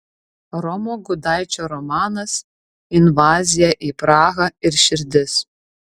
romo gudaičio romanas invazija į prahą ir širdis